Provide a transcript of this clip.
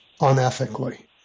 unethically